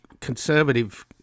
conservative